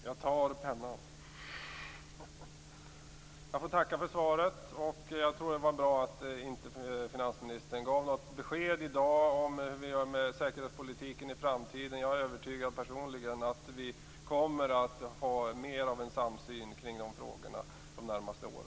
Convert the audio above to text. Herr talman! Jag tar pennan. Jag får tacka för svaret. Jag tror att det var bra att finansministern inte gav något besked i dag om hur vi gör med säkerhetspolitiken i framtiden. Jag är personligen övertygad om att vi kommer att ha mer av en samsyn kring de frågorna de närmaste åren.